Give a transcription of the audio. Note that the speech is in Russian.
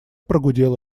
прогудела